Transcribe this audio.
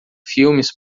filmes